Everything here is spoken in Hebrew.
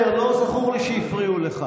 חבר הכנסת אייכלר, לא זכור לי שהפריעו לך.